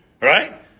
Right